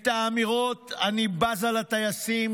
את האמירות: אני בזה לטייסים,